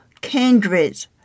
kindreds